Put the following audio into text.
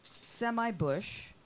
semi-bush